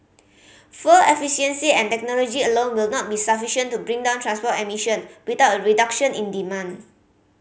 fuel efficiency and technology alone will not be sufficient to bring down transport emission without a reduction in demand